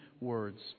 words